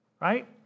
Right